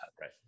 right